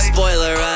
Spoiler